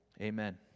Amen